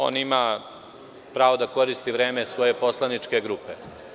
On ima pravo da koristi vreme svoje poslaničke grupe.